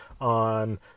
on